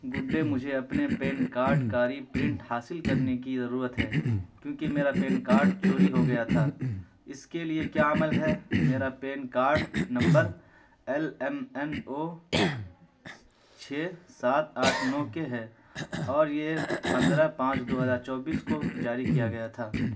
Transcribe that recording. گڈے مجھے اپنے PAN card کا ری پرنٹ حاصل کرنے کی ضرورت ہے کیونکہ میرا پین کاڈ چوری ہو گیا تھا اس کے لیے کیا عمل ہے میرا پین کاڈ نمبر ایل ایم این او چھ سات آٹھ نو کے ہے اور یہ پندرہ پانچ دو ہزار چوبیس کو جاری کیا گیا تھا